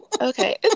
Okay